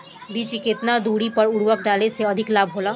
बीज के केतना दूरी पर उर्वरक डाले से अधिक लाभ होला?